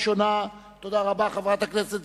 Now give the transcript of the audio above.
התרבות והספורט נתקבלה.